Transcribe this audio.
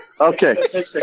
Okay